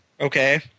Okay